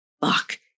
fuck